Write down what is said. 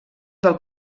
del